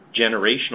generational